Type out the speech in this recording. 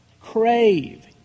crave